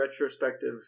retrospective